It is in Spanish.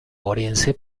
orense